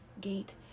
gate